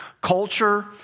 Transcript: culture